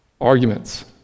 Arguments